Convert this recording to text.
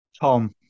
Tom